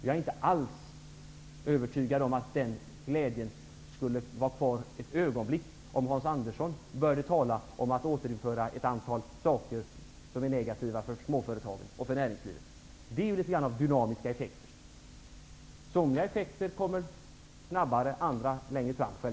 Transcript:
Jag är inte alls övertygad om att den glädjen skulle finnas kvar ett ögonblick, om Hans Andersson började tala om att återinföra ett antal saker som är negativa för småföretagen och för näringslivet. Detta är litet grand av dynamiska effekter. Somliga effekter kommer snabbare, andra uppstår längre fram.